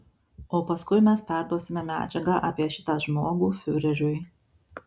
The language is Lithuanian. o paskui mes perduosime medžiagą apie šitą žmogų fiureriui